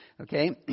Okay